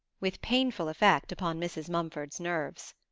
with painful effect upon mrs. mumford's nerves.